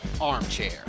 armchair